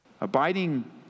Abiding